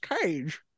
Cage